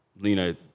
Lena